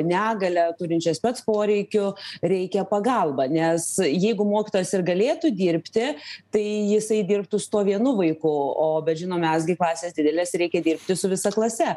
negalią turinčias spec poreikių reikia pagalba nes jeigu mokytojas ir galėtų dirbti tai jisai dirbtų su tuo vienu vaiku o bet žinom mes gi klasės didelės reikia dirbti su visa klase